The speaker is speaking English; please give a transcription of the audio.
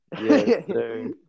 Yes